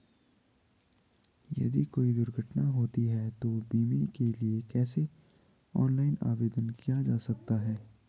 यदि कोई दुर्घटना होती है तो बीमे के लिए कैसे ऑनलाइन आवेदन किया जा सकता है?